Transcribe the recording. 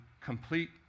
complete